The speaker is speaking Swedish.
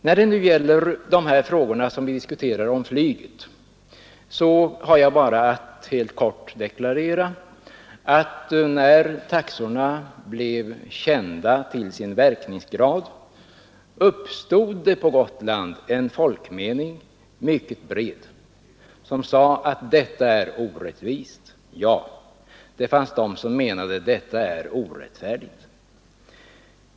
När det gäller flyget vill jag bara helt kort deklarera, att när taxorna blev kända till sin verkningsgrad uppstod på Gotland en mycket bred folkmening, som sade att detta är orättvist. Ja, det fanns de som menade att detta är orättfärdigt.